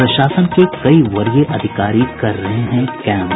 प्रशासन के कई वरीय अधिकारी कर रहे हैं कैम्प